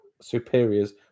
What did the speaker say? superiors